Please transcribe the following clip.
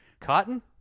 cotton